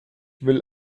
will